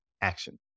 action